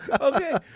Okay